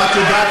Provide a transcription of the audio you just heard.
גם את יודעת,